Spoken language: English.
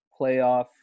playoff